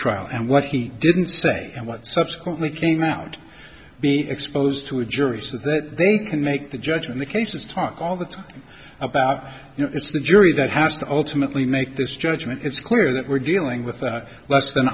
trial and what he didn't say and what subsequently came out be exposed to a jury so that they can make the judge and the cases talk all the time about you know it's the jury that has to ultimately make this judgment it's clear that we're dealing with a less than